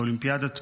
באולימפיאדת פריז,